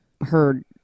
heard